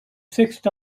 sixth